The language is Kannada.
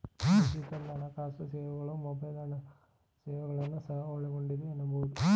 ಡಿಜಿಟಲ್ ಹಣಕಾಸು ಸೇವೆಗಳು ಮೊಬೈಲ್ ಹಣಕಾಸು ಸೇವೆಗಳನ್ನ ಸಹ ಒಳಗೊಂಡಿದೆ ಎನ್ನಬಹುದು